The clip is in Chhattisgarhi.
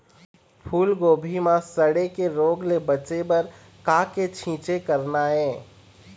फूलगोभी म सड़े के रोग ले बचे बर का के छींचे करना ये?